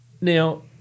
Now